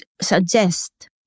suggest